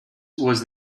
was